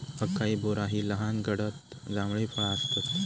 acai berry ही लहान गडद जांभळी फळा आसतत